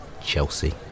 Chelsea